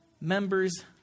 members